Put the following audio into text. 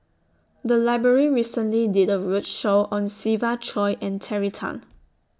The Library recently did A roadshow on Siva Choy and Terry Tan